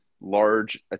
large